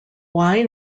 why